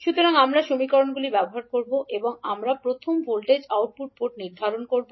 সুতরাং আমরা সমীকরণগুলি ব্যবহার করব এবং আমরা প্রথম ভোল্টেজ আউটপুট পোর্ট নির্ধারণ করব